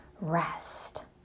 rest